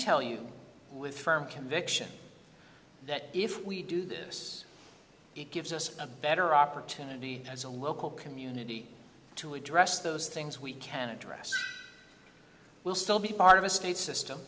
tell you with firm conviction that if we do this it gives us a better opportunity as a local community to address those things we can address will still be part of a state system